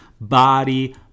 body